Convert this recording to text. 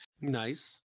Nice